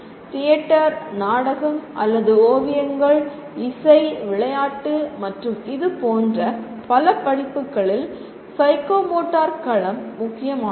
theatre நாடகம் அல்லது ஓவியங்கள் இசை விளையாட்டு மற்றும் இது போன்ற பல படிப்புகளில் சைக்கோமோட்டர் களம் முக்கியமானது